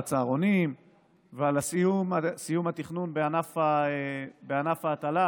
הצהרונים ועל סיום התכנון בענף ההטלה,